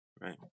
Right